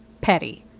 petty